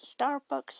Starbucks